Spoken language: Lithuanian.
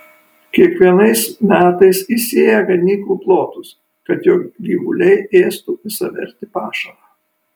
kiekvienais metais įsėja ganyklų plotus kad jo gyvuliai ėstų visavertį pašarą